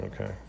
okay